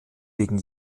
wegen